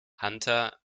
hunter